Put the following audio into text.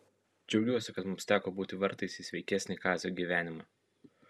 džiaugiuosi kad mums teko būti vartais į sveikesnį kazio gyvenimą